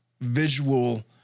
visual